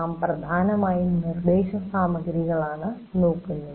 നാം പ്രധാനമായും നിർദ്ദേശസാമഗ്രികളാണ് നോക്കുന്നത്